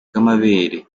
bw’amabere